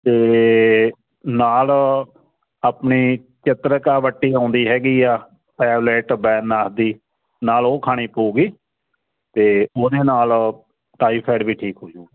ਅਤੇ ਨਾਲ ਆਪਣੀ ਚਿਤ੍ਰਕਾ ਬੱਟੀ ਆਉਂਦੀ ਹੈਗੀ ਆ ਟੈਬਲੇਟ ਵੈਦਨਾਥ ਦੀ ਨਾਲ ਉਹ ਖਾਣੀ ਪਊਗੀ ਅਤੇ ਉਹਦੇ ਨਾਲ ਟਾਈਫਾਈਡ ਵੀ ਠੀਕ ਹੋਜੂ